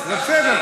זה בסדר,